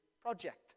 project